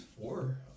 four